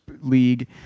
League